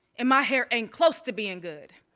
and my hair ain't close to being good,